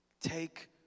take